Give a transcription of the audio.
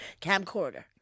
camcorder